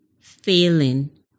failing